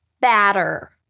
batter